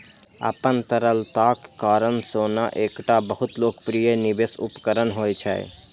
अपन तरलताक कारण सोना एकटा बहुत लोकप्रिय निवेश उपकरण होइ छै